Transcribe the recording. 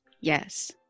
Yes